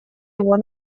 его